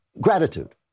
Gratitude